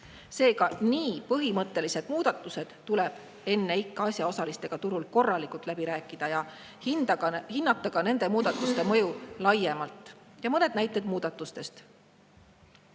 Seega, nii põhimõttelised muudatused tuleb enne ikka asjaosalistega turul korralikult läbi rääkida ja hinnata ka nende muudatuste mõju laiemalt. Mõned näited muudatustest.